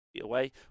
away